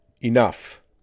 ENOUGH